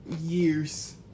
Years